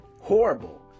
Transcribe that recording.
horrible